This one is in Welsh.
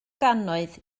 gannoedd